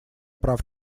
прав